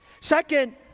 Second